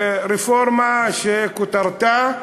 רפורמה שכותרתה: